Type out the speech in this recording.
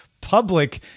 public